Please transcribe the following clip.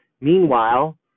Meanwhile